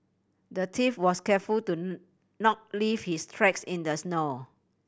the thief was careful to not leave his tracks in the snow